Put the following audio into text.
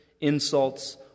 insults